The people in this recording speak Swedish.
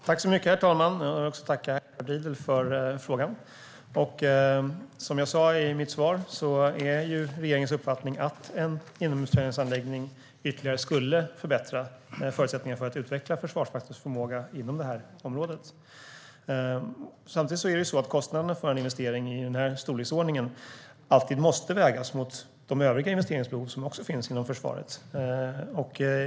Herr talman! Jag vill tacka Edward Riedl för frågan. Som jag sa i mitt svar är regeringens uppfattning att en inomhusträningsanläggning ytterligare skulle förbättra förutsättningarna för att utveckla Försvarsmaktens förmåga inom det här området. Samtidigt måste kostnaderna för en investering i den här storleksordningen alltid vägas mot de övriga investeringsbehov som också finns inom försvaret.